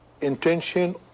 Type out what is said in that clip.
intention